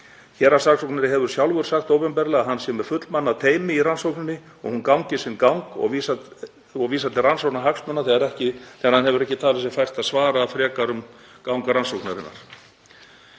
Héraðssaksóknari hefur sjálfur sagt opinberlega að hann sé með fullmannað teymi í rannsókninni og hún gangi sinn gang og vísar til rannsóknarhagsmuna þegar hann hefur ekki talið sér fært að svara frekar um gang rannsóknarinnar.